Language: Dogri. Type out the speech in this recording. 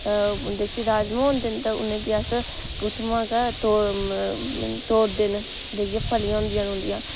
जेह्के राज़मा होंदे न ते उ'नेंगी अस कुत्थुआं तोड़ तोड़दे न जेह्ड़ियां फलियां होंदियां न उंदियां